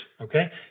Okay